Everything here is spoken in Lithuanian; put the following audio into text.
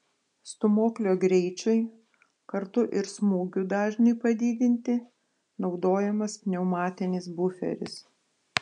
stūmoklio greičiui kartu ir smūgių dažniui padidinti naudojamas pneumatinis buferis